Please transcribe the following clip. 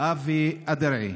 אבי אדרעי,